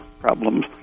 problems